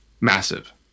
Massive